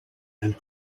and